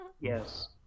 Yes